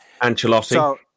Ancelotti